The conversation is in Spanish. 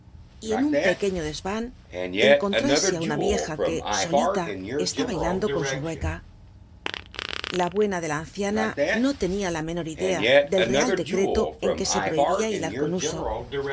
y en un peclucilo des biblioteca nacional de españa an euconlraoe á una vieja que sol estaba bailando con su rueca la hurna de la anciana no tenia la menor idea del real dt ercltl t'n iuc e prohibía hilar conso que